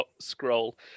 scroll